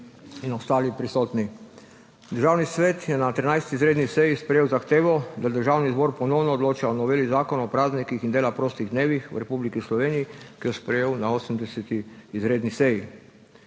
ter ostali prisotni! Državni svet je na 13. izredni seji sprejel zahtevo, da Državni zbor ponovno odloča o noveli Zakona o praznikih in dela prostih dnevih v Republiki Sloveniji, ki jo je sprejel na 80. izredni seji.